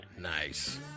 Nice